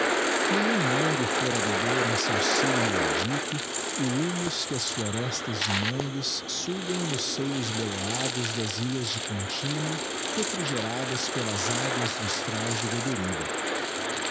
nenhum mangue fora beber em seu seio maldicto o húmus que as florestas de mangues sugam nos seios boleados das ilhas de continuo refrigeradas pelas aguas lustraes do beberibe